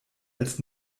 als